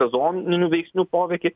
sezoninių veiksnių poveikį